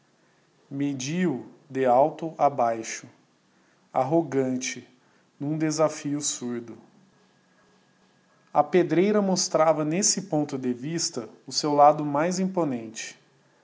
medio o de alto a baixo arrogante n'um desafio surdo a pedreira mostrava nesse ponto de vista o seu lado mais imponente